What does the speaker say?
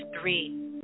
three